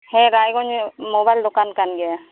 ᱦᱮᱸ ᱨᱟᱭᱜᱚᱧᱡ ᱢᱳᱵᱟᱭᱤᱞ ᱫᱚᱠᱟᱱ ᱠᱟᱱ ᱜᱮᱭᱟ